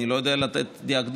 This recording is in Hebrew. אני לא יודע לתת דיאגנוזה,